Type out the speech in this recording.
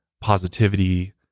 positivity